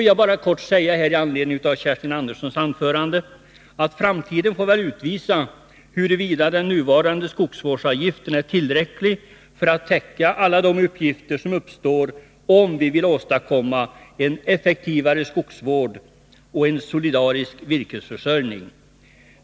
Jag vill med anledning av Kerstin Anderssons anförande bara kort säga att framtiden väl får utvisa huruvida den nuvarande skogsvårdsavgiften är tillräcklig för att täcka alla de utgifter som uppstår om vi vill åstadkomma en effektivare skogsvård och en solidarisk virkesförsörjning.